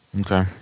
Okay